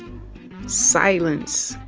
silence.